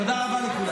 תודה רבה לכולם.